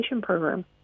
program